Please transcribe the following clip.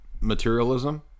materialism